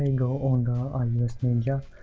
and go on go on the iosninja,